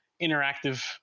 interactive